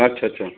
अच्छा अच्छा